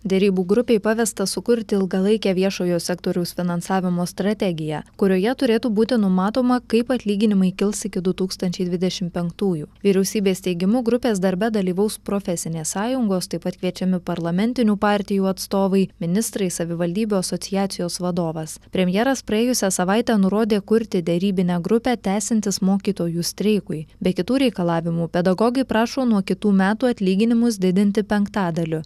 derybų grupei pavesta sukurti ilgalaikę viešojo sektoriaus finansavimo strategiją kurioje turėtų būti numatoma kaip atlyginimai kils iki du tūkstančiai dvidešim penktųjų vyriausybės teigimu grupės darbe dalyvaus profesinės sąjungos taip pat kviečiami parlamentinių partijų atstovai ministrai savivaldybių asociacijos vadovas premjeras praėjusią savaitę nurodė kurti derybinę grupę tęsiantis mokytojų streikui be kitų reikalavimų pedagogai prašo nuo kitų metų atlyginimus didinti penktadaliu